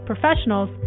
professionals